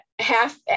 Half